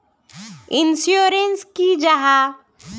Insurance की जाहा?